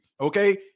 okay